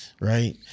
Right